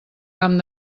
camp